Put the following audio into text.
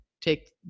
take